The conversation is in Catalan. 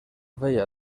vella